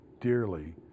dearly